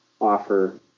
offer